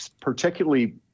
particularly